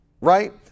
right